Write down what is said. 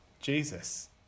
Jesus